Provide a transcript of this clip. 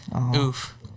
Oof